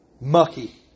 mucky